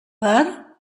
per